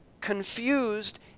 confused